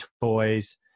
toys